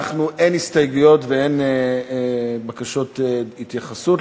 אין הסתייגויות ואין בקשות התייחסות,